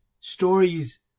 stories